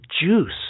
juice